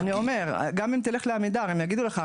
גם אם תלך לעמידר הם יגידו לך,